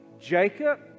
Jacob